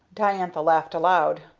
diantha laughed aloud.